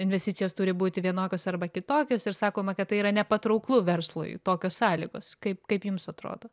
investicijos turi būti vienokios arba kitokios ir sakoma kad tai yra nepatrauklu verslui tokios sąlygos kaip kaip jums atrodo